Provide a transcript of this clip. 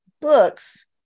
books